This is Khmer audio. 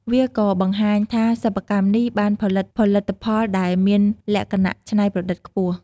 វាក៏បង្ហាញថាសិប្បកម្មនេះ បានផលិតផលិតផលដែលមានលក្ខណៈច្នៃប្រឌិតខ្ពស់។